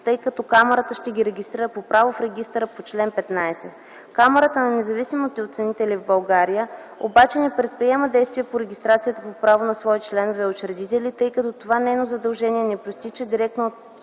в България ще ги регистрира по право в регистъра по чл. 15. Камарата на независимите оценители в България обаче не предприема действия по регистрация по право на своите членове и учредители, тъй като това нейно задължение не произтича директно от